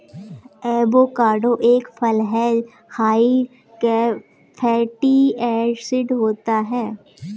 avocado एक फल हैं हाई फैटी एसिड होता है